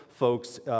folks